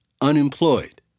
unemployed